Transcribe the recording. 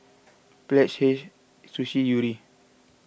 Pledge Hei Sushi Yuri